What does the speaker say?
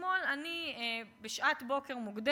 אני חושבת שפארסת אי-מינוי